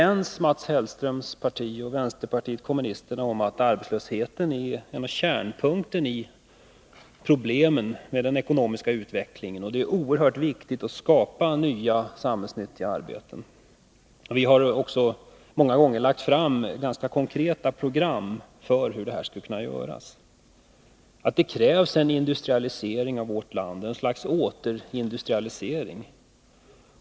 Ändå är Mats Hellströms parti och vänsterpartiet kommunisterna överens om att arbetslösheten är kärnpunkten när det gäller problemen med den ekonomiska utvecklingen. Det är oerhört viktigt att nya samhällsnyttiga arbeten skapas. Vi har också många gånger lagt fram ganska konkreta program i det sammanhanget. Det krävs en industrialisering av vårt land, ett slags återindustrialisering.